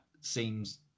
seems